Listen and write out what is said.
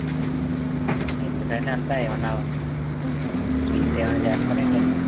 ఎందుకండి అంత ఏమన్నా స్వీట్ ఏమన్నా చేస్తారా ఏంటి అండి